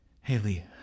Haley